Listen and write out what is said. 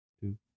two